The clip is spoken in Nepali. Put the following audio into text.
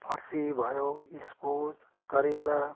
फर्सी भयो इस्कुस करेला